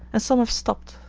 and some have stopped,